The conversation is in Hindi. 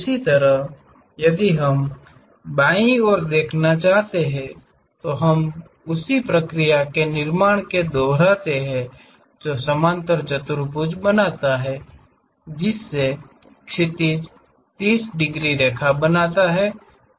इसी तरह यदि हम बाईं ओर देखना चाहते हैं तो हम उसी प्रक्रिया के निर्माण को दोहराते हैं जो समांतर चतुर्भुज बनाता है जिससे क्षितिज 30 डिग्री रेखा बनता है